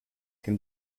can